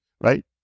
right